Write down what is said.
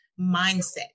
mindset